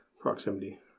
proximity